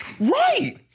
Right